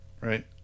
right